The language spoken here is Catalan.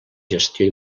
gestió